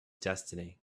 destiny